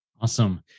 Awesome